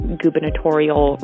gubernatorial